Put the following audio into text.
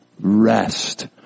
rest